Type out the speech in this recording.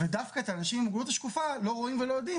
ודווקא את האנשים עם מוגבלות שקופה - לא רואים ולא יודעים,